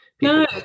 no